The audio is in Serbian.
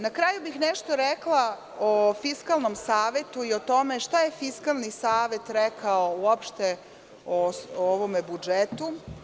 Na kraju bih nešto rekla o Fiskalnom savetu i o tome šta je Fiskalni savet rekao uopšte o ovome budžetu.